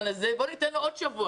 בואו ניתן לו עוד שבוע.